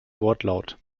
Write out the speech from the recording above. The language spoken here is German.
wortlaut